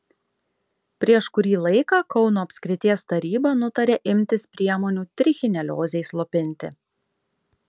prieš kurį laiką kauno apskrities taryba nutarė imtis priemonių trichineliozei slopinti